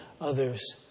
others